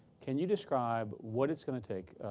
can you describe what it's going to take,